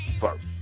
first